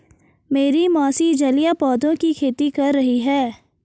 मेरी मौसी जलीय पौधों की खेती कर रही हैं